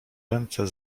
ręce